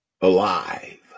alive